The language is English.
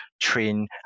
train